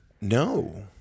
No